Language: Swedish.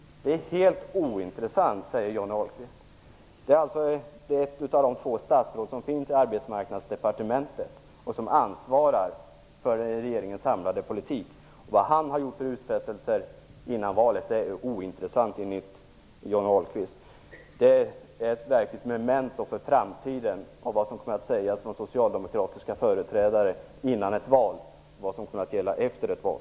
Det är ett av de två statsråden i Arbetsmarknadsdepartementet och som ansvarar för regeringens samlade politik. Vad han har gjort för utfästelser innan valet är ointressant enligt Johnny Ahlqvist. Det är ett verkligt memento för framtiden om vad som kommer att sägas av socialdemokratiska företrädare innan ett val och om vad som kommer att gälla efter ett val.